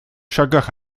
шагах